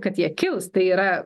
kad jie kils tai yra